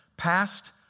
Past